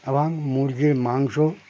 এবং মুরগীর মাংস